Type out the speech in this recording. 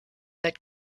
that